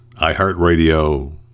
iHeartRadio